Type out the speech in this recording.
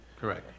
Correct